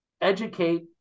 educate